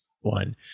one